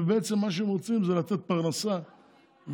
ובעצם מה שהם רוצים זה לתת פרנסה ותפקידים